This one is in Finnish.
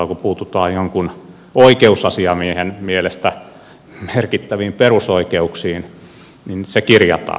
kun puututaan jonkun oikeusasiamiehen mielestä merkittäviin perusoikeuksiin niin se kirjataan